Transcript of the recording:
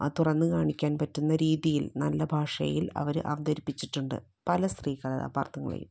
തുറന്നുകാണിക്കാൻ പറ്റുന്ന രീതിയിൽ നല്ല ഭാഷയിൽ അവര് അവതരിപ്പിച്ചിട്ടുണ്ട് പല സ്ത്രീകഥാപാത്രങ്ങളെയും